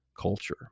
culture